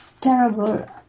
terrible